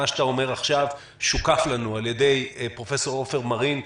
מה שאתה אומר עכשיו שוּקף לנו על ידי פרופ' עופר מרין,